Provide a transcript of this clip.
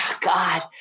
God